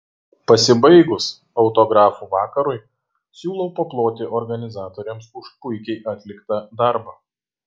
pasibaigus autografų vakarui siūlau paploti organizatoriams už puikiai atliktą darbą